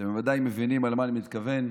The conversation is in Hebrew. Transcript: אתם בוודאי מבינים למה אני מתכוון,